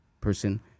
person